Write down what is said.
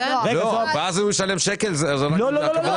לא, ואז הוא ישלם שקל, זו הכוונה שלך?